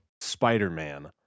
Spider-Man